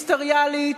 אחריות מיניסטריאלית,